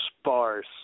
sparse